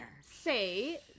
say